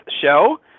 show